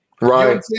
Right